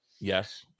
Yes